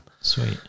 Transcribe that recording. sweet